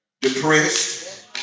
depressed